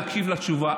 להקשיב לתשובה.